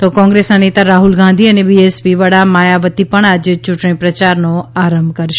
તો કોંગ્રેસના નેતા રાહ્લ ગાંધી અને બીએસપી વડા માયાવતી પણ આજે યૂંટણી પ્રચારનો આરંભ કરશે